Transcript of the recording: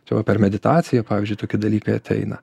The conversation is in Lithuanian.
čia va per meditaciją pavyzdžiui toki dalykai ateina